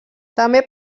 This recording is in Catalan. també